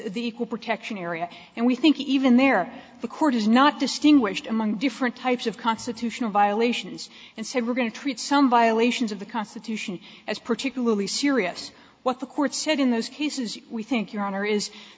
the equal protection area and we think even there the court does not distinguish among different types of constitutional violations and said we're going to treat some violations of the constitution as particularly serious what the court said in those cases we think your honor is